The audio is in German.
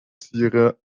tiere